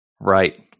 Right